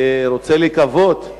אני רוצה לקוות,